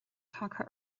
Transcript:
tagtha